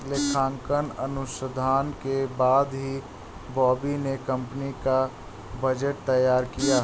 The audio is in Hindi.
लेखांकन अनुसंधान के बाद ही बॉबी ने कंपनी का बजट तैयार किया